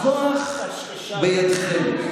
הכוח בידכם.